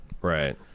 Right